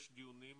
יש דיונים,